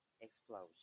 Explosion